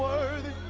are the